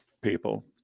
people